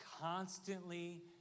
constantly